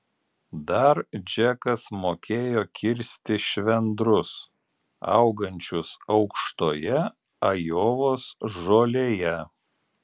dar džekas mokėjo kirsti švendrus augančius aukštoje ajovos žolėje